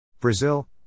Brazil